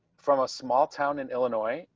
from a small town in illinois,